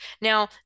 now